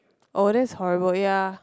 oh that's horrible ya